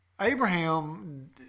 Abraham